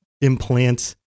implant